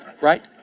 right